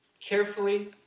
Carefully